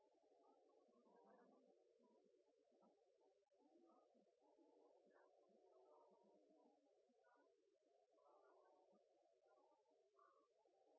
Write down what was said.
er å